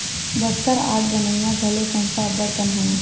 Bastar art बनइया घलो संस्था अब्बड़ कन हवय